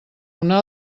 una